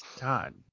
god